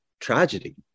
tragedy